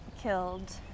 killed